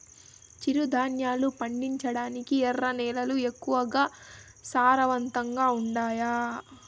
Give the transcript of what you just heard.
చిరుధాన్యాలు పండించటానికి ఎర్ర నేలలు ఎక్కువగా సారవంతంగా ఉండాయా